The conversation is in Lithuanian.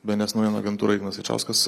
bns naujienų agentūra ignas jačauskas